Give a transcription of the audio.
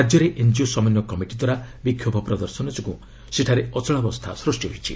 ରାଜ୍ୟରେ ଏନ୍ଜିଓ ସମନ୍ୱୟ କମିଟି ଦ୍ୱାରା ବିକ୍ଷୋଭ ପ୍ରଦର୍ଶନ ଯୋଗୁଁ ସେଠାରେ ଅଚଳାବସ୍ଥା ସୃଷ୍ଟି ହୋଇଛି